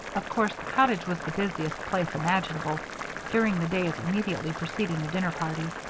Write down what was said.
of course the cottage was the busiest place imaginable during the days immediately preceding the dinner party.